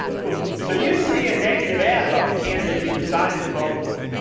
cool. so you see a negative ad about the candidate you decided to vote for.